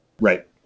Right